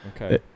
Okay